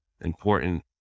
important